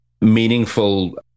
meaningful